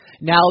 Now